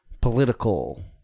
political